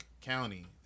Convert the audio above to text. county